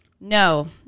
No